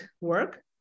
work